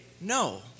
no